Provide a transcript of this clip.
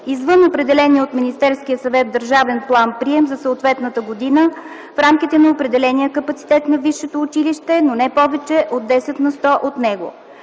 извън определения от Министерския съвет държавен план-прием за съответната година в рамките на определения капацитет на висшето училище, но не повече от 10 на сто от него.